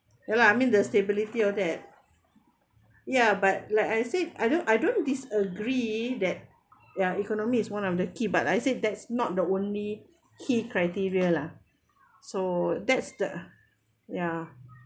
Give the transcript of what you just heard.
ya lah I mean the stability of that ya but like I said I don't I don't disagree that ya economy is one of the key but I said that's not the only key criteria lah so that's the ya